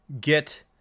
get